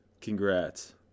Congrats